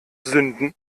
sünden